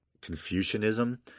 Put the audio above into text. Confucianism